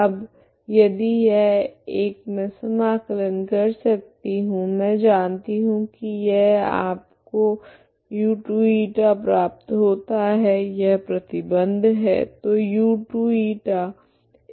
अब यदि यह एक मैं समाकलन कर सकती हूँ मैं जानती हूँ की यह है आपको u2η प्राप्त होता है यह प्रतिबंध है